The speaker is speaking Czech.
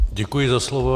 Děkuji za slovo.